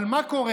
אבל מה קורה?